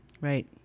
Right